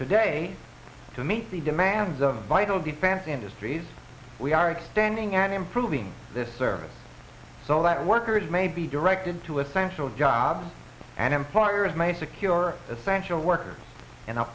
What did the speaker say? today to meet the demands of vital defense industries we are extending and improving this service so that workers may be directed to essential jobs and empires may secure essential workers